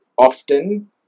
Often